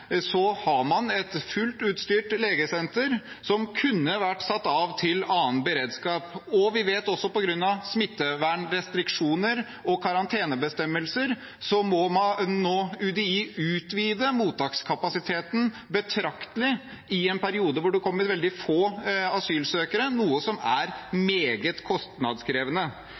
har et fullt utstyrt legesenter som kunne vært satt av til annen beredskap, og vi vet også at på grunn av smittevernrestriksjoner og karantenebestemmelser må UDI nå utvide mottakskapasiteten betraktelig, i en periode hvor det kommer veldig få asylsøkere, noe som er meget kostnadskrevende.